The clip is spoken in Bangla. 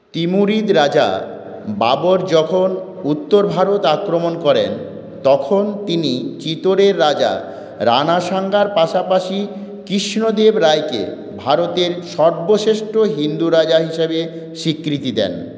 তিমুরিদ রাজা বাবর যখন উত্তর ভারত আক্রমণ করেন তখন তিনি চিতোরের রাজা রানা সাঙ্গার পাশাপাশি কৃষ্ণদেব রায়কে ভারতের সর্বশ্রেষ্ঠ হিন্দু রাজা হিসেবে স্বীকৃতি দেন